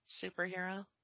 superhero